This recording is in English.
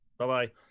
Bye-bye